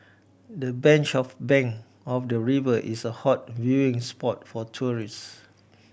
the bench of bank of the river is a hot viewing spot for tourists